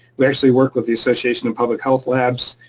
we actually work with the association of public health labs,